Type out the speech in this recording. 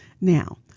Now